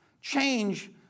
Change